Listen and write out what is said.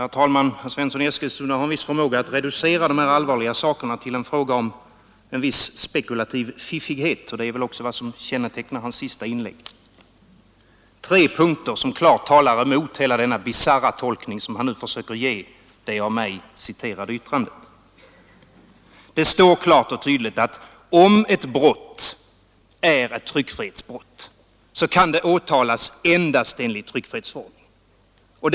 Fru talman! Herr Svensson i Eskilstuna har en viss förmåga att reducera de här allvarliga sakerna till en fråga om en viss spekulativ fiffighet, och det är väl också vad som kännetecknar hans senaste inlägg. Det finns några punkter som klart talar emot hela den bisarra tolkning som man nu försöker ge det av mig citerade yttrandet. Det står klart och tydligt att om ett brott är ett tryckfrihetsbrott kan det åtalas endast enligt tryckfrihetsförordningen.